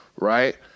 Right